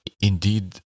indeed